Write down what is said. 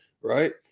Right